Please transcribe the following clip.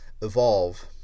evolve